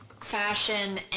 fashion